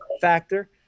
factor